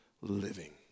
living